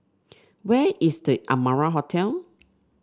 where is The Amara Hotel